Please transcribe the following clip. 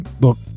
Look